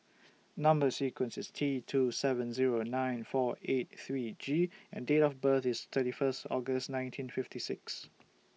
Number sequence IS T two seven Zero nine four eight three G and Date of birth IS thirty First August nineteen fifty six